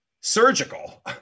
Surgical